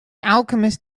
alchemist